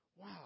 wow